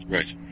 Right